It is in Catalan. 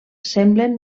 semblen